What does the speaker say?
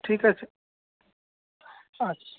ঠিক আছে আচ্ছা